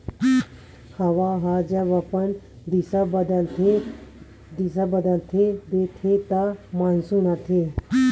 हवा ह जब अपन दिसा बदल देथे त मानसून आथे